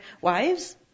wives